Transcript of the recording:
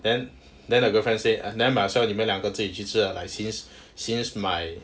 then then the girlfriend say ah might as well 你们两个去吃 lah like since since my